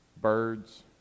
birds